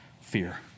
fear